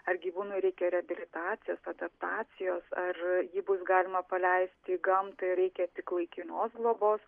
ar gyvūnui reikia reabilitacijos adaptacijos ar jį bus galima paleisti į gamtą ir reikia tik laikinos globos